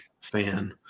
fan